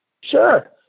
Sure